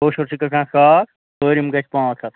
کٲشُر چھِ گژھان ساس پٲرِم گژھِ پانٛژھ ہَتھ